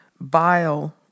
bile